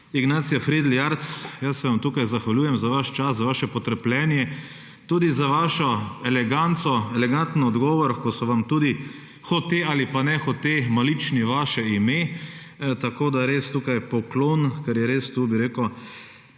Ignacija Fridl Jarc, jaz se vam tukaj zahvaljujem za vaš čas, za vaše potrpljenje. Tudi za vašo eleganco, eleganten odgovor, ko so vam tudi hote ali pa nehote malični vaše ime, tako da res tukaj poklon, ker je res tukaj, bi rekel,